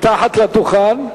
מתחת לדוכן?